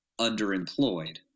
underemployed